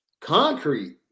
Concrete